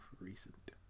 recent